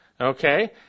okay